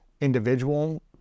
individual